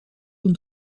und